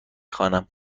خوانم